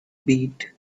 beat